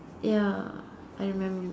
ya I remember